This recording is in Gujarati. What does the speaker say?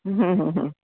હમ હમ હમ